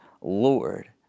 Lord